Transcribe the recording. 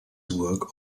work